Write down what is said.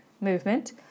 Movement